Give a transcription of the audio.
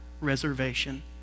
reservation